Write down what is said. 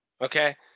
Okay